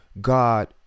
God